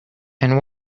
and